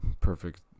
perfect